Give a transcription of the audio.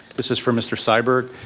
this is for mr. syberg.